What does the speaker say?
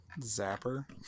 Zapper